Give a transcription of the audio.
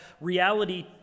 reality